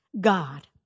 God